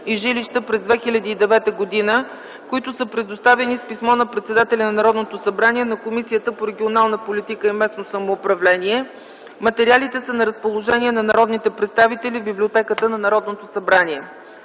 и жилища през 2009 г., които са предоставени с писмо на председателя на Народното събрание и на Комисията по регионална политика и местно самоуправление. Материалите са на разположение на народните представители в Библиотеката на Народното събрание.